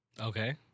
Okay